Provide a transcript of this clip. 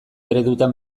eredutan